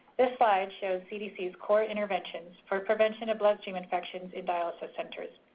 this slide shows cdc's core interventions for prevention of bloodstream infections in dialysis centers.